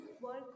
work